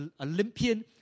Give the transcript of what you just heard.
Olympian